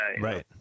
Right